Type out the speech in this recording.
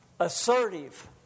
assertive